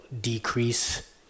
decrease